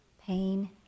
pain